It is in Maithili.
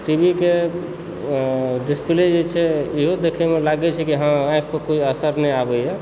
टीवीके डिस्प्ले जे छै इहो देखयमे लागैत छै कि हँ आँखि पर कोई असर नहि आबैए